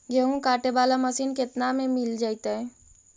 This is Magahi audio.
गेहूं काटे बाला मशीन केतना में मिल जइतै?